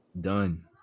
Done